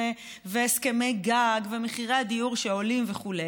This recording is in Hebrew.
הסכמי גג ומחירי הדיור שעולים וכו',